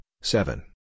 seven